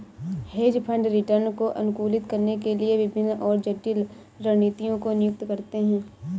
hedge fund return को अनुकूलित करने के लिए विभिन्न और जटिल रणनीतियों को नियुक्त करते हैं